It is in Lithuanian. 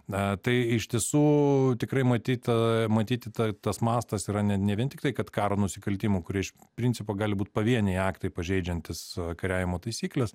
na tai iš tiesų tikrai matyta matyti ta tas mastas yra ne ne vien tiktai kad karo nusikaltimų kurie iš principo gali būt pavieniai aktai pažeidžiantys kariavimo taisykles